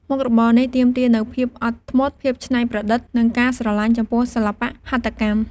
មុខរបរនេះទាមទារនូវភាពអត់ធ្មត់ ភាពច្នៃប្រឌិត និងការស្រលាញ់ចំពោះសិល្បៈហត្ថកម្ម។